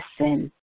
sin